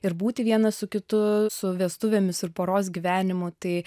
ir būti vienas su kitu su vestuvėmis ir poros gyvenimu tai